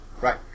Right